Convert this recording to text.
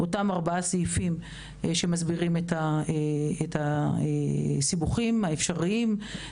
אותם ארבעה סעיפים שמסבירים את הסיבוכים האפשריים ליולדות,